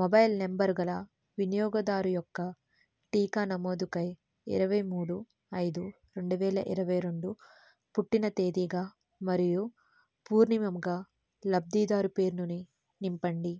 mobile number గల వినియోగదారు యొక్క టీకా నమోదుకై ఇరవై మూడు ఐదు రెండువేల ఇరవై రెండు పుట్టిన తేదీగా మరియు పూర్ణిమంగా లబ్ధిదారు పేరుని నింపండి